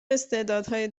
استعدادهای